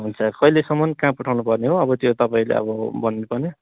हुन्छ कहिँलेसम्म कहाँ पठाउनु पर्ने हो अब त्यो तपाईँले अब भनिदिनु पर्ने